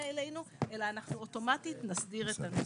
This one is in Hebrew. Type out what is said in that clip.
אלינו אלא אנחנו אוטומטית נסדיר את הנושא.